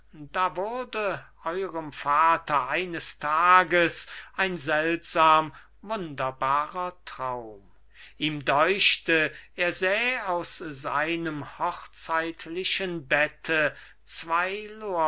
da wurde eurem vater eines tages ein seltsam wunderbarer traum ihm däuchte er säh aus seinem hochzeitlichen bette zwei